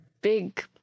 big